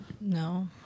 No